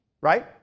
right